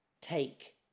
take